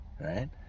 right